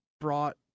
brought